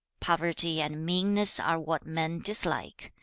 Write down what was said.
poverty and meanness are what men dislike.